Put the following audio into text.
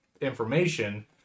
information